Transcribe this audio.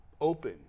open